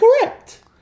correct